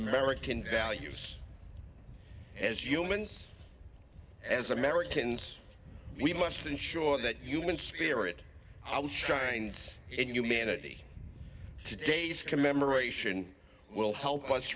american values as humans as americans we must ensure that human spirit i was shines in humanity today's commemoration will help